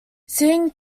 seeing